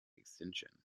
extension